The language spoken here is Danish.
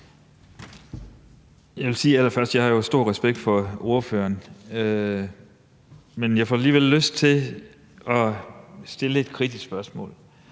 Jeg vil allerførst sige, at jeg har stor respekt for ordføreren, men jeg får alligevel lyst til at stille et kritisk spørgsmål,